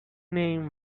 name